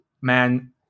man